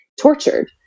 tortured